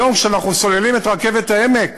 היום, כשאנחנו סוללים את רכבת העמק